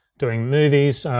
doing movies,